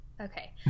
Okay